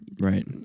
right